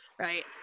right